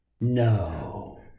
No